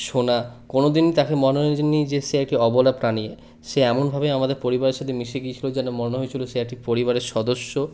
শোনা কোনোদিনই তাকে মনে হয়নি যে সে একটি অবলা প্রাণী সে এমনভাবে আমাদের পরিবারের সাথে মিশে গিয়েছিলো যেন মনে হয়েছিলো সে একটি পরিবারের সদস্য